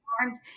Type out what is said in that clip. arms